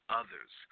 others